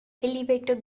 elevator